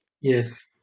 Yes